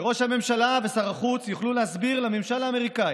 שראש הממשלה ושר החוץ יוכלו להסביר לממשל האמריקני,